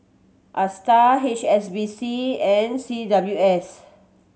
Astar H S B C and C W S